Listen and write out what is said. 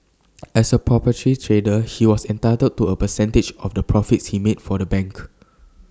as A proprietary trader he was entitled to A percentage of the profits he made for the bank